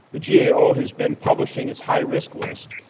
the gao has been publishing its high risk list.